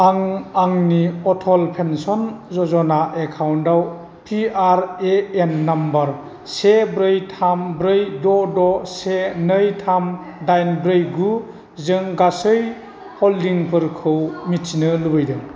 आं आंनि अटल पेन्सन य'जना एकाउन्टआव पिआरएएन नाम्बार से ब्रै थाम ब्रै द' द' से नै थाम दाइन ब्रै गु जों गासै हल्डिंफोरखौ मिथिनो लुबैदों